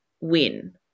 win